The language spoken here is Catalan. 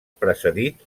precedit